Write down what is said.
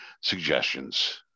suggestions